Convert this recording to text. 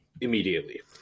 immediately